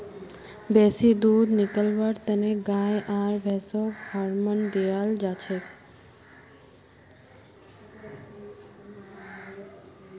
बेसी दूध निकलव्वार तने गाय आर भैंसक हार्मोन दियाल जाछेक